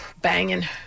Banging